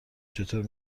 چطور